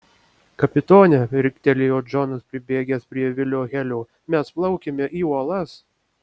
kapitone riktelėjo džonas pribėgęs prie vilio helio mes plaukiame į uolas